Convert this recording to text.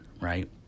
right